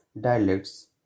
dialects